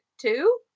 two